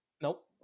Nope